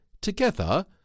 together